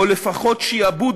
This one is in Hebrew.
או לפחות שעבוד,